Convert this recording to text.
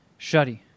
Shuddy